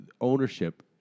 ownership